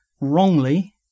wrongly